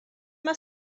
mae